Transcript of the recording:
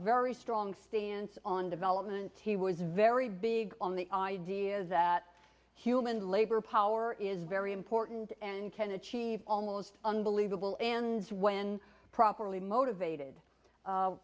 very strong stance on developments he was very big on the idea that human labor power is very important and can achieve almost unbelievable and when properly motivated